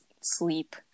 sleep